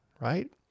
right